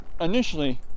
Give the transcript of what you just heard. initially